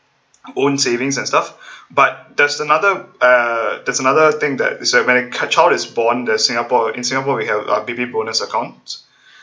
own savings and stuff but there's another uh there's another thing that it's when a child is born as singapore in singapore we have a baby bonus accounts